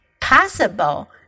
possible